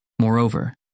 Moreover